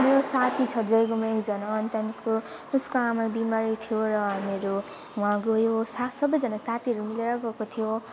मेरो साथी छ जयगाउँमा एकजना अनि त्यहाँदेखिको त्यसको आमा बिमारी थियो र हामीहरू वहाँ गयौँ सा सबैजना साथीहरू मिलेर गएको थियौँ